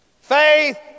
Faith